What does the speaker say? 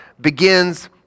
begins